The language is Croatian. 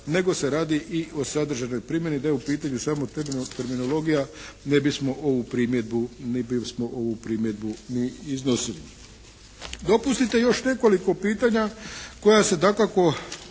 nego se radi i o sadržajnoj primjeni, da je u pitanju samo terminologija ne bismo ovu primjedbu ni iznosili. Dopustite još nekoliko pitanja koja se dakako